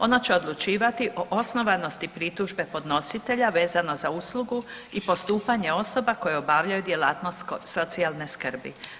Ono će odlučivati o osnovanosti pritužbe podnositelja vezano za uslugu i postupanje osoba koje obavljaju djelatnost socijalne skrbi.